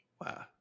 Wow